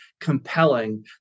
compelling